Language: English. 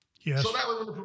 yes